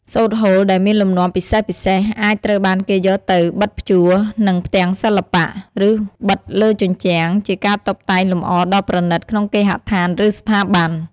សូត្រហូលដែលមានលំនាំពិសេសៗ អាចត្រូវបានគេយកទៅបិតភ្ជួរនឹងផ្ទាំងសិល្បៈ ឬបិទលើជញ្ជាំងជាការតុបតែងលម្អដ៏ប្រណីតក្នុងគេហដ្ឋាន ឬស្ថាប័ន។